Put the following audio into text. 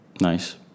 Nice